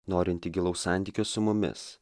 norintį gilaus santykio su mumis